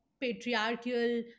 patriarchal